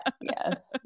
Yes